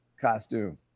costume